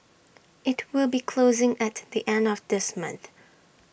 IT will be closing at the end of this month